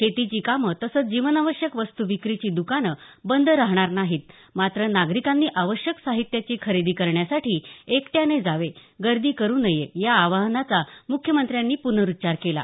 शेतीची कामं तसंच जीवनावश्यक वस्तू विक्रीची दकानं बंद राहणार नाहीत मात्र नागरिकांनी आवश्यक साहित्याची खरेदी करण्यासाठी एकट्याने जावे गर्दी करू नये या आवाहनाचा मुख्यमंत्र्यांनी पुनरुच्चार केला